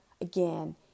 again